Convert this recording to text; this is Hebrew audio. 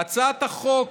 בהצעת החוק